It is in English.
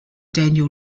daniel